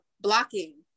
blocking